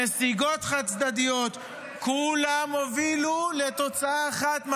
נסיגות חד-צדדיות ------- כולם הובילו לתוצאה אחת,